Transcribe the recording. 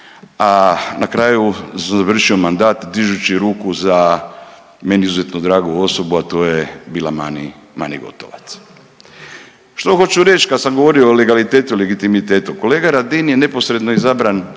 a na kraju sam završio mandat dižući ruku za meni izuzetno dragu osobu, a to je bila Mani, Mani Gotovac. Što hoću reći kad sam govorio o legalitetu i legitimitetu? Kolega Radin je neposredno izabran